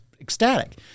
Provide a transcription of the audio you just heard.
ecstatic